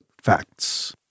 facts